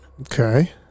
Okay